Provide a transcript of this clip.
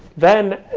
then,